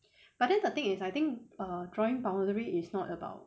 but then the thing is I think err drawing boundary is not about